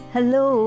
Hello